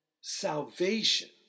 salvation